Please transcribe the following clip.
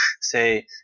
say